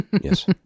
Yes